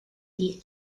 the